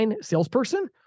salesperson